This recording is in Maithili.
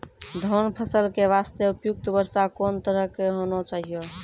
धान फसल के बास्ते उपयुक्त वर्षा कोन तरह के होना चाहियो?